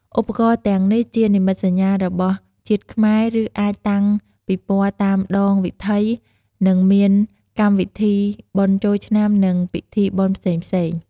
ឧបករណ៍ទាំងនេះជានិមិត្តសញ្ញារបស់ជាតិខ្មែរឬអាចតាំងពិព័រតាមដងវិធីនិងមានកម្មវិធីបុណ្យចូលឆ្នាំនិងពិធីបុណ្យផ្សេងៗ។